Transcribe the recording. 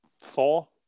four